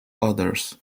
others